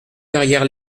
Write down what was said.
derrière